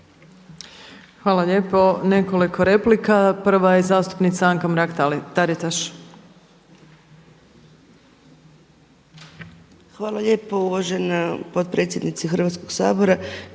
Hvala lijepo. Nekoliko replika. Prva je zastupnica Anka Mrak-Taritaš. **Mrak-Taritaš, Anka (HNS)** Hvala lijepo uvažena potpredsjednice Hrvatskoga sabora.